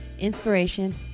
Inspiration